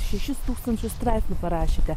šešis tūkstančius straipsnių parašėte